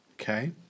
okay